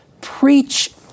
Preach